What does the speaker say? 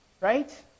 Right